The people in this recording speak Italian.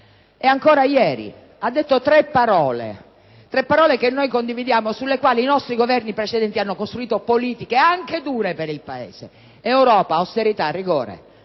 e ancora ieri, ha detto tre parole, che condividiamo e sulle quali i nostri Governi precedenti hanno costruito politiche anche dure per il Paese: Europa, austerità, rigore.